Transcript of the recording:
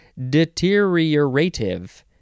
deteriorative